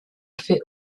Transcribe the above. fait